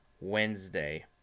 Wednesday